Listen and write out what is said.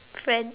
friend